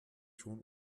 schon